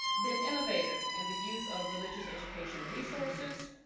been innovative in the use of religious education resources,